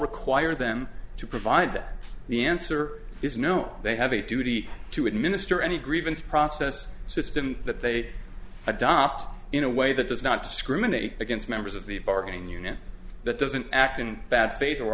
require them to provide that the answer is no they have a duty to administer any grievance process system that they adopt in a way that does not discriminate against members of the bargaining unit that doesn't act in bad faith or